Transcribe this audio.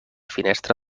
finestra